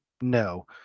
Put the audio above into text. No